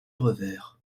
revers